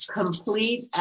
complete